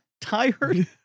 tired